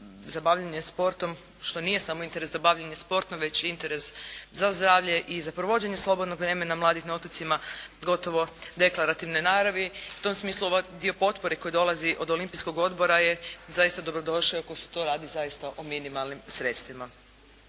za bavljenje sportom što nije samo interes za bavljenje sportom već i interes za zdravlje i za provođenje slobodnog vremena mladih na otocima gotovo deklarativne naravi. U tom smislu ovaj dio potpore koji dolazi od Olimpijskog odbora je zaista dobro došao iako se to radi zaista o minimalnim sredstvima.